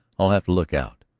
i'll have to look out.